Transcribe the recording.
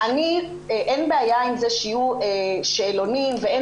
אין בעיה עם זה שיהיו שאלונים ואין